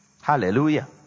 Hallelujah